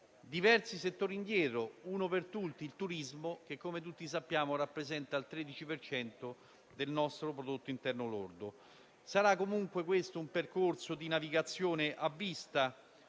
diversi settori indietro: uno per tutti, il turismo che, come tutti sappiamo, rappresenta il 13 per cento del nostro prodotto interno lordo. Sarà comunque questo un percorso di navigazione a vista,